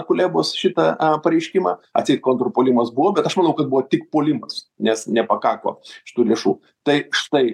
kulebos šitą pareiškimą atseit kontrpuolimas buvo bet aš manau kad buvo tik puolimas nes nepakako šitų lėšų tai štai